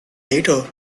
later